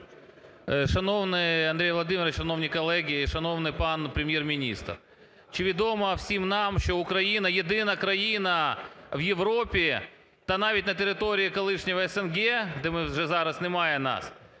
Шановний Андрій Володимирович! Шановні колеги! І шановний пан Прем'єр-міністр! Чи відомо всім нам, що Україна – єдина країна в Європі та навіть на території колишнього СНД, де ми вже зараз, немає нас,